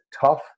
tough